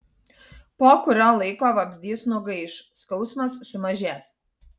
po kurio laiko vabzdys nugaiš skausmas sumažės